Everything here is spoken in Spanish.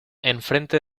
enfrente